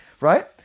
right